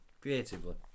creatively